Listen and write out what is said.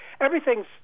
everything's